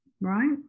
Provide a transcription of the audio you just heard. Right